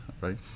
right